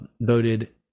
voted